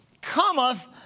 cometh